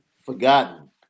forgotten